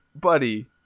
buddy